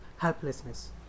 helplessness